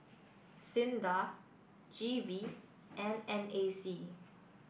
SINDA G V and N A C